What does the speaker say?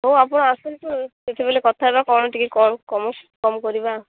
ହଉ ଆପଣ ଆସନ୍ତୁ ସେତେବେଳେ କଥା ହବା କ'ଣ ଟିକେ କାମ କରିବା